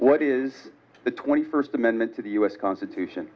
what is the twenty first amendment to the u s constitution